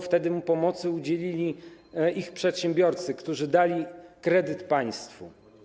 Wtedy pomocy udzielili mu przedsiębiorcy, którzy dali kredyt państwu.